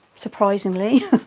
surprisingly!